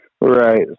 Right